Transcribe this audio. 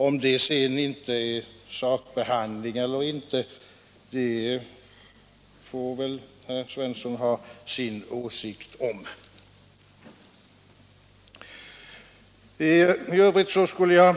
Om det sedan är sakbehandling eller inte får väl herr Svensson ha sin åsikt om. I övrigt skulle jag